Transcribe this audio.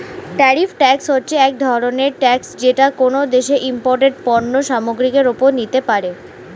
tariff হচ্ছে এক ধরনের ট্যাক্স যেটা কোনো দেশ ইমপোর্টেড পণ্য সামগ্রীর ওপরে নিতে পারে